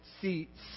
seats